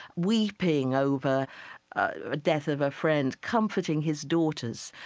weeping over a death of a friend, comforting his daughters,